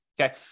okay